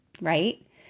right